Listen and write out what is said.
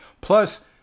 plus